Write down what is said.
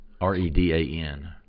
R-E-D-A-N